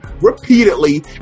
repeatedly